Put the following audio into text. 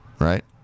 right